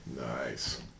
Nice